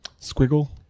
squiggle